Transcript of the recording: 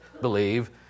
believe